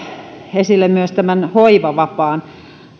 esille myös hoivavapaan